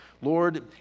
Lord